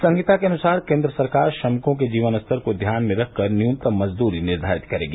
सहिता के अनुसार केंद्र सरकार श्रमिकों के जीवन स्तर को ध्यान में रखकर न्यूनतम मजदूरी निर्धारित करेगी